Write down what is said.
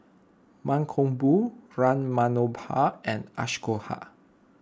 Mankombu Ram Manohar and Ashoka